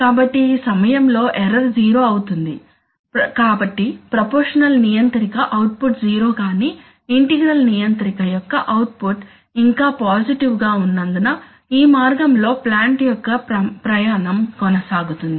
కాబట్టి ఈ సమయంలో ఎర్రర్ జీరో అవుతుంది కాబట్టి ప్రపోర్షషనల్ నియంత్రిక అవుట్పుట్ జీరో కాని ఇంటిగ్రల్ నియంత్రిక యొక్క అవుట్ పుట్ ఇంకా పాజిటివ్ గా ఉన్నందున ఈ మార్గంలో ప్లాంట్ యొక్క ప్రయాణం కొనసాగుతుంది